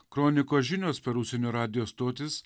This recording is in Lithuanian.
kronikos žinios per užsienio radijo stotis